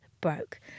broke